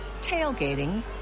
tailgating